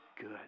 good